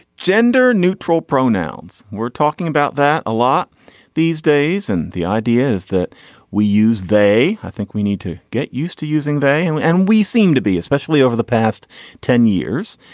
gender neutral pronouns. we're talking about that a lot these days and the ideas that we use they i think we need to get used to using they and and we seem to be especially over the past ten years.